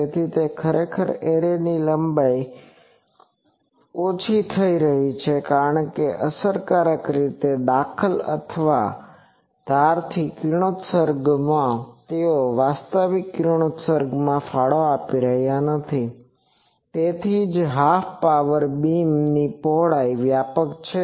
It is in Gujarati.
તેથી ખરેખર એરે ની લંબાઈ ઓછી થઈ રહી છે કારણ કે અસરકારક રીતે દખલ અથવા ધારથી કિરણોત્સર્ગમાં તેઓ વાસ્તવિક કિરણોત્સર્ગમાં ફાળો આપી રહ્યા નથી તેથી જ હાફ પાવર બીમ ની પહોળાઈ વ્યાપક છે